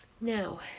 Now